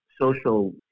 social